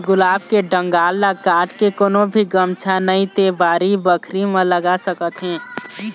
गुलाब के डंगाल ल काट के कोनो भी गमला नइ ते बाड़ी बखरी म लगा सकत हे